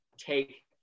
take